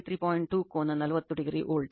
2 ಕೋನ 40o volt